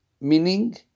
meaning